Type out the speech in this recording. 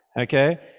Okay